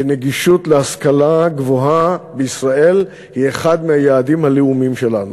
ונגישות ההשכלה גבוהה בישראל היא אחד מהיעדים הלאומיים שלנו.